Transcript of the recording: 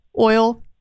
oil